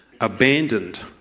abandoned